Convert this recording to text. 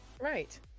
right